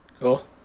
Cool